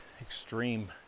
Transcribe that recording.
extreme